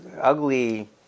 ugly